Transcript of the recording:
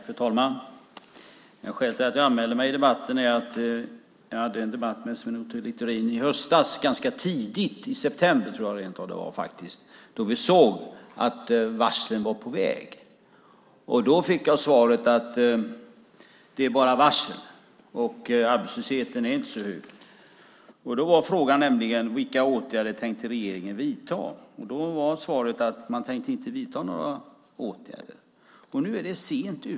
Fru talman! Skälet till att jag anmälde mig till debatten är att jag hade en debatt med Sven Otto Littorin ganska tidigt i höstas - jag tror rent av att det var i september - då vi såg att varslen var på väg. Då fick jag svaret: Det är bara varsel. Arbetslösheten är inte så hög. Frågan var vilka åtgärder regeringen tänkte vidta. Svaret var att man inte tänkte vidta några åtgärder. Nu är ni sent ute.